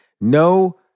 No